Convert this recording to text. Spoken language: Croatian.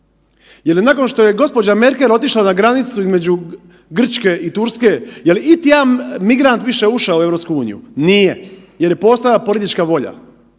je nakon što je gđa. Merkel otišla na granicu između Grčke i Turske, je li iti jedan migrant više ušao u EU? Nije. Jer je postojala politička volja.